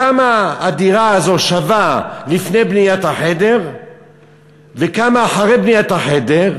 כמה הדירה הזאת שווה לפני בניית החדר וכמה אחרי בניית החדר.